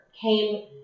Came